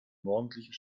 morgendlichen